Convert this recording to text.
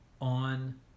on